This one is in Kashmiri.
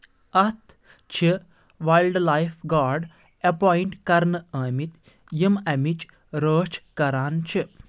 اَتھ چھِ وایلڈ لایف گاڈ اپوینٛٹ کرنہٕ آمٕتۍ یِم امِچ رٲچھ کران چھِ